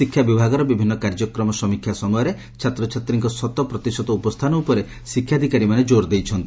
ଶିକ୍ଷାବିଭାଗର ବିଭିନ୍ କାର୍ଯ୍ୟକ୍ରମ ସମୀକ୍ଷା ସମୟରେ ଛାତ୍ରଛାତ୍ରୀଙ୍କ ଶତପ୍ରତିଶତ ଉପସ୍ଥାନ ଉପରେ ଶିକ୍ଷାଧିକାରୀମାନେ ଜୋର ଦେଇଛନ୍ତି